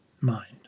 mind